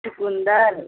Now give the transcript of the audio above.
चुकुंदर